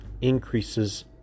Increases